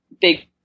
big